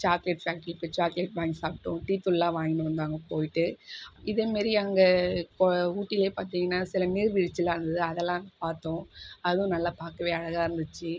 chocolate ஃபேக்ட்ரிக்கு போய் chocolate வாங்கி சாப்பிட்டோம் டீ தூள்லாம் வாங்கின்னு வந்தோம் அங்கே போயிட்டு இதே மாரி அங்கே இப்போ ஊட்டில பார்த்தீங்கன்னா சில நீர்விழ்ச்சிலாம் இருந்துது அதெல்லாம் பார்த்தோம் அதுவும் நல்லா பார்க்கவே அழகாக இருந்துச்சு